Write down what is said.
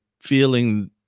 feeling